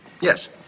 Yes